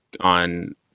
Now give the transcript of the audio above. on